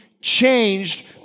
changed